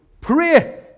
Pray